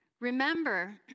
Remember